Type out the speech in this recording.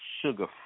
Sugar